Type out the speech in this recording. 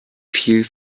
viel